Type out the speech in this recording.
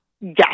Yes